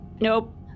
Nope